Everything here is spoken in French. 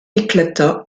éclata